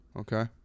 Okay